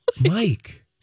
Mike